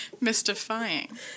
Mystifying